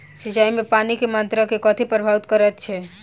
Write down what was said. सिंचाई मे पानि केँ मात्रा केँ कथी प्रभावित करैत छै?